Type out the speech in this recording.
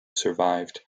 survived